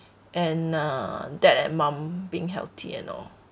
and uh dad and mom being healthy and all